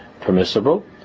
permissible